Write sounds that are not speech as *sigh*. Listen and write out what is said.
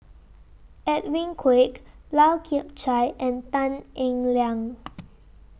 Edwin Koek Lau Chiap Khai and Tan Eng Liang *noise*